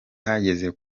hageze